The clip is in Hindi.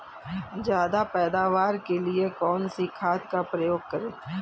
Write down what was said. ज्यादा पैदावार के लिए कौन सी खाद का प्रयोग करें?